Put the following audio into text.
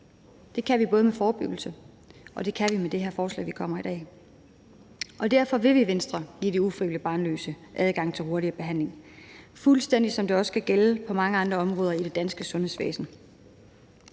Det kan vi både med forebyggelse, og det kan vi med det her forslag, vi behandler i dag. Derfor vil vi i Venstre give de ufrivilligt barnløse adgang til hurtigere behandling, fuldstændig som det også skal gælde på mange andre områder i det danske sundhedsvæsen.